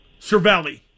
cervelli